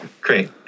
great